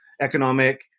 economic